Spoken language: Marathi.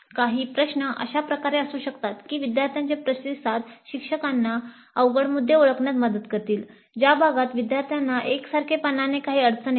काही प्रश्न अशा प्रकारे असू शकतात की विद्यार्थ्यांचे प्रतिसाद शिक्षकांना अवघड मुद्दे ओळखण्यात मदत करतील ज्या भागात विद्यार्थ्यांना एकसारखेपणाने काही अडचण येते